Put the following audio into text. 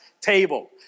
table